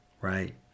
right